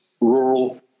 rural